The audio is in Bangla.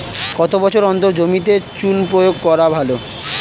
কত বছর অন্তর জমিতে চুন প্রয়োগ করা ভালো?